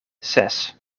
ses